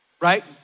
Right